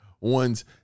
one's